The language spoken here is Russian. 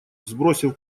сбросив